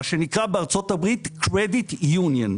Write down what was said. מה שנקרא בארצות הברית Credit Union.